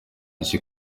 nshya